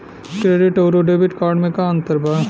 Credit अउरो debit card मे का अन्तर बा?